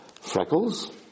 freckles